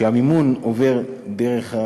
שהמימון עובר דרך,